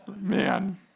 Man